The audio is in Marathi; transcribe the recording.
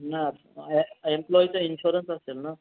नाही एम्प्लॉईचा इन्शोरन्स असेल ना